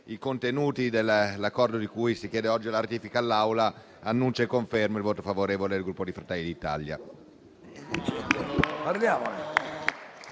i contenuti dell’Accordo di cui si chiede oggi la ratifica all’Assemblea, annuncio e confermo il voto favorevole del Gruppo Fratelli d’Italia.